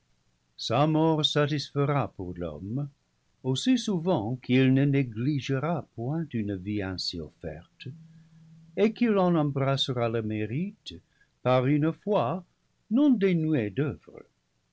sa mort satisfera pour l'homme aussi souvent qu'il ne négligera point une vie ainsi offerte et qu'il en embrassera le mérite par une foi non dé nuée d'oeuvres